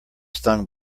stung